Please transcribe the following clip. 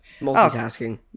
Multitasking